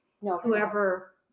whoever